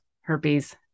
Herpes